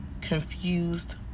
confused